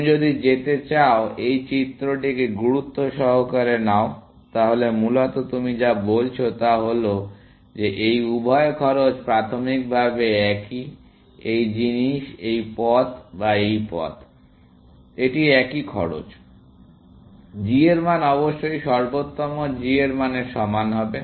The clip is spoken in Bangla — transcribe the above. তুমি যদি যেতে চাও এই চিত্রটিকে গুরুত্ব সহকারে নাও তাহলে মূলত তুমি যা বলছো তা হল যে এই উভয় খরচ প্রাথমিকভাবে একই এই জিনিস এই পথ বা এই পথ এটি একই খরচ g এর মান অবশ্যই সর্বোত্তম g মানের সমান হবে